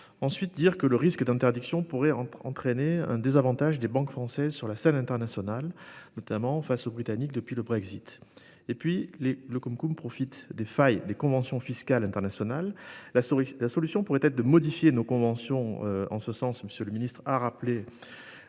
Ensuite, le risque d'interdiction pourrait entraîner un désavantage pour les banques françaises sur la scène internationale, notamment face aux Britanniques depuis le Brexit. Le CumCum profite des failles des conventions fiscales internationales ; la solution pourrait être de modifier nos conventions en ce sens. M. le ministre a rappelé